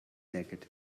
jacket